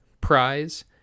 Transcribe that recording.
prize